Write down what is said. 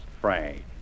Frank